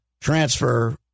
transfer